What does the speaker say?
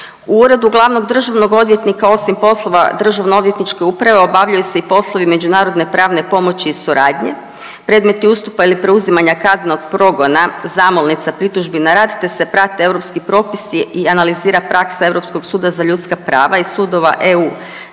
U uredu glavnog državnog odvjetnika osim poslova državno odvjetničke uprave obavljaju se i poslovi međunarodne pravne pomoći i suradnje, predmeti ustupa ili preuzimanja kaznenog progona, zamolnica pritužbi na rad, te se prate europski propisi i analizira praksa Europskog suda za ljudska prava i sudova EU.